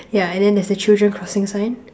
yeah and then there's the children crossing sign